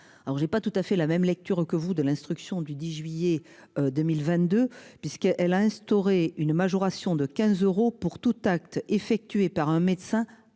Alors j'ai pas tout à fait la même lecture que vous de l'instruction du 10 juillet 2022. Puisqu'elle a instauré une majoration de 15 euros pour tout acte effectué par un médecin